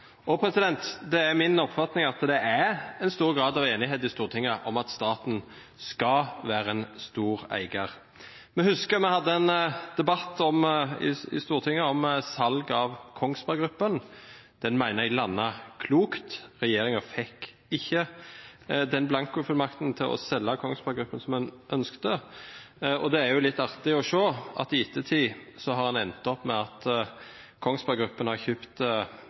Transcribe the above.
Det er min oppfatning at det er stor grad av enighet i Stortinget om at staten skal være en stor eier. Vi hadde en debatt i Stortinget om salg av Kongsberg Gruppen. Den mener jeg landet klokt. Regjeringen fikk ikke den blankofullmakten til å selge Kongsberg Gruppen som man ønsket seg. Det er litt artig å se at i ettertid har man endt opp med at Kongsberg Gruppen har